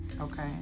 Okay